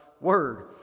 Word